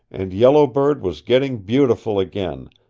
and yellow bird was getting beautiful again,